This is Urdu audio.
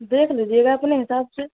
دیکھ لیجیے گا اپنے حساب سے